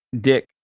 Dick